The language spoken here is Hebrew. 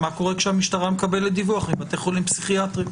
מה קורה כשהמשטרה מקבלת דיווח מבתי חולים פסיכיאטריים.